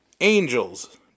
Angels